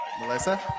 Melissa